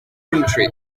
country